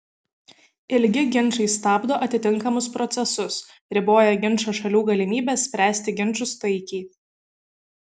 ilgi ginčai stabdo atitinkamus procesus riboja ginčo šalių galimybes spręsti ginčus taikiai